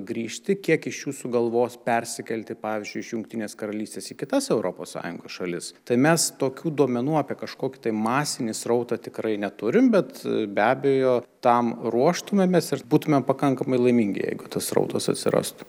grįžti kiek iš jų sugalvos persikelti pavyzdžiui iš jungtinės karalystės į kitas europos sąjungos šalis tai mes tokių duomenų apie kažkokį tai masinį srautą tikrai neturim bet be abejo tam ruoštumėmės ir būtumėm pakankamai laimingi jeigu tas srautas atsirastų